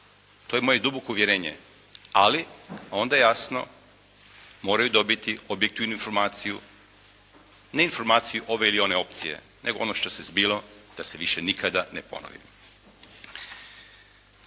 To je moje duboko uvjerenje. Ali, onda jasno moraju dobiti objektivnu informaciju, ne informaciju ove ili one opcije, nego ono što e zbilo, da se više nikada ne ponovi.